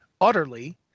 utterly